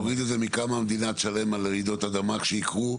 תוריד את זה מכמה שהמדינה תשלם על רעידות אדמה כשהן יקרו.